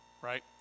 right